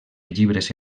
llibres